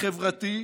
חברתי,